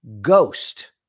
Ghost